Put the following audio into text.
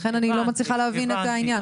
לכן אני לא מצליחה להבין את העניין.